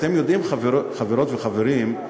אתם יודעים, חברות וחברים,